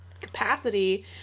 capacity